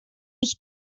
ich